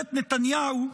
בממשלת נתניהו,